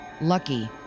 Lucky